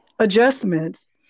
Adjustments